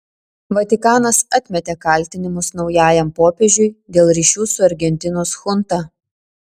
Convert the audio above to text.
vatikanas atmetė kaltinimus naujajam popiežiui dėl ryšių su argentinos chunta